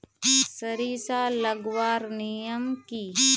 सरिसा लगवार नियम की?